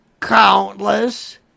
countless